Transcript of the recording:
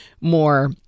more